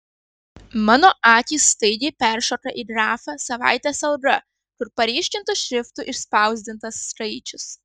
mano akys staigiai peršoka į grafą savaitės alga kur paryškintu šriftu išspausdintas skaičius